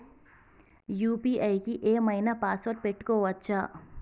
UPI కి ఏం ఐనా పాస్వర్డ్ పెట్టుకోవచ్చా?